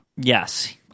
Yes